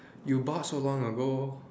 you bought so long ago